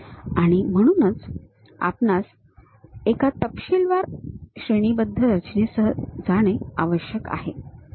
आणि म्हणूनच आपणास एका तपशीलवार श्रेणीबद्ध रचनेसह जाणे आवश्यक आहे